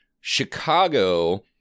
Chicago